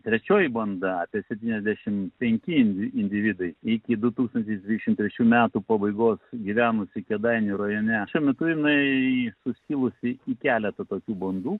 trečioji banda apie septyniasdešimt penki individai iki du tūkstančiai dvidešimt trečių metų pabaigos gyvenusi kėdainių rajone šiuo metu jinai suskilusi į keletą tokių bandų